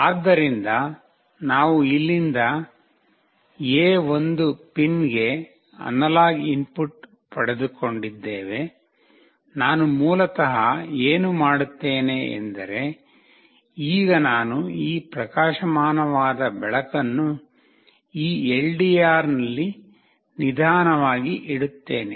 ಆದ್ದರಿಂದ ನಾವು ಇಲ್ಲಿಂದ A1 ಪಿನ್ಗೆ ಅನಲಾಗ್ ಇನ್ಪುಟ್ ಪಡೆದುಕೊಂಡಿದ್ದೇವೆ ನಾನು ಮೂಲತಃ ಏನು ಮಾಡುತ್ತೇನೆ ಎಂದರೆ ಈಗ ನಾನು ಈ ಪ್ರಕಾಶಮಾನವಾದ ಬೆಳಕನ್ನು ಈ LDRನಲ್ಲಿ ನಿಧಾನವಾಗಿ ಇಡುತ್ತೇನೆ